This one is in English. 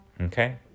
okay